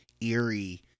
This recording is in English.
eerie